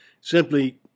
Simply